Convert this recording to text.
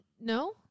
No